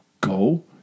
go